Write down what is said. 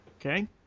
Okay